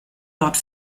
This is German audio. dort